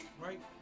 right